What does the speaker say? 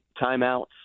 timeouts